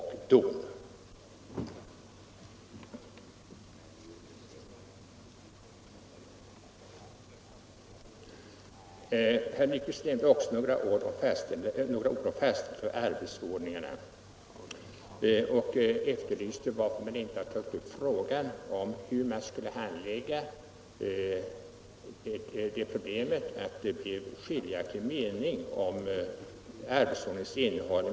Herr Nyquist sade också några ord om fastställandet av arbetsordningarna och frågade hur man skall förfara om hovrätt och domstolsverket skulle ha olika meningar rörande arbetsordningens innehåll.